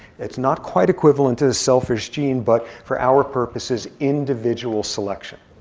it's not quite equivalent to the selfish gene, but for our purposes, individual selection.